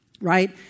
right